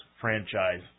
franchise